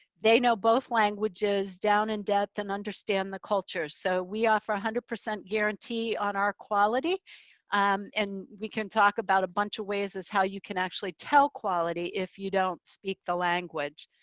they know both languages down in depth and understand the cultures. so we offer a one hundred percent guarantee on our quality um and we can talk about a bunch of ways, is how you can actually tell quality if you don't speak the language.